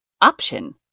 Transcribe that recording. option